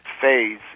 phase